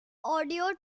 audio